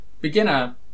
beginner